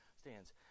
stands